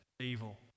evil